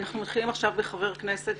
בוקר טוב,